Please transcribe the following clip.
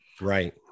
Right